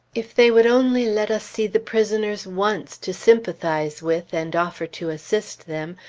if they would only let us see the prisoners once to sympathize with, and offer to assist them,